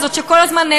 כל הזמן,